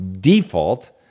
default